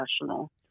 professional